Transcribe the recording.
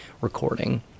recording